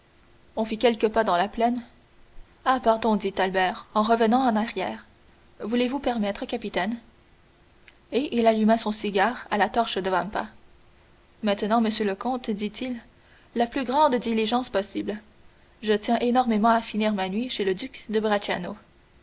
on fit quelques pas dans la plaine ah pardon dit albert en revenant en arrière voulez-vous permettre capitaine et il alluma son cigare à la torche de vampa maintenant monsieur le comte dit-il la plus grande diligence possible je tiens énormément à aller finir ma nuit chez le duc de